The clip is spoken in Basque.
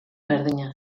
berdina